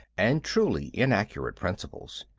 and truly inaccurate principles.